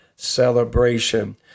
celebration